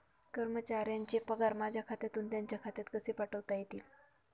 कर्मचाऱ्यांचे पगार माझ्या खात्यातून त्यांच्या खात्यात कसे पाठवता येतील?